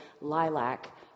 lilac